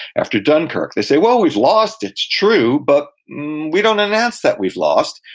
after dunkirk. they say, well, we've lost, it's true, but we don't announce that we've lost,